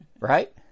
Right